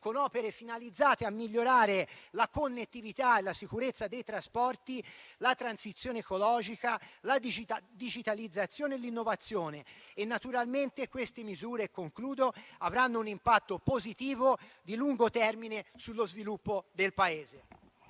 con opere finalizzate a migliorare la connettività e la sicurezza dei trasporti, la transizione ecologica, la digitalizzazione e l'innovazione. E naturalmente queste misure avranno un impatto positivo di lungo termine sullo sviluppo del Paese.